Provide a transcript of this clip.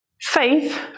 faith